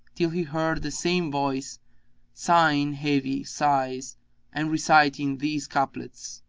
till he heard the same voice sighing heavy sighs and reciting these couplets,